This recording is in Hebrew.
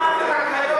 זה רק היום.